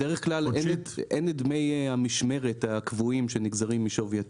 בדרך כלל אין את דמי המשמרת הקבועים שנגזרים משווי התיק,